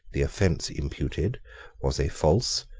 the offence imputed was a false,